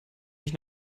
mich